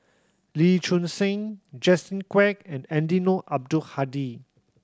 Lee Choon Seng Justin Quek and Eddino Abdul Hadi